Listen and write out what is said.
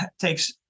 takes